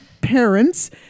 parents